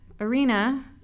arena